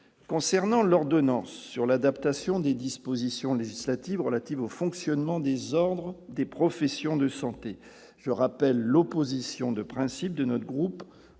concernant l'ordonnance sur l'adaptation des dispositions législatives relatives au fonctionnement désordres des professions de santé, je rappelle l'opposition de principe de notre groupe